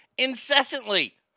Incessantly